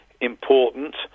important